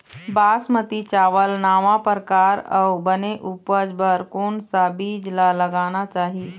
बासमती चावल नावा परकार अऊ बने उपज बर कोन सा बीज ला लगाना चाही?